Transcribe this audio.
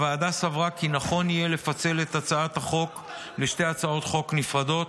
הוועדה סברה כי נכון יהיה לפצל את הצעת החוק לשתי הצעות חוק נפרדות,